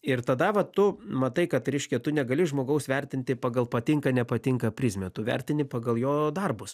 ir tada va tu matai kad reiškia tu negali žmogaus vertinti pagal patinka nepatinka prizmę tu vertini pagal jo darbus